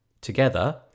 Together